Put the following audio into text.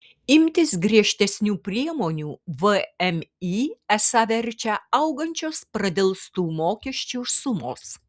imtis griežtesnių priemonių vmi esą verčia augančios pradelstų mokesčių sumos